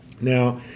Now